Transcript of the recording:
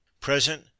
Present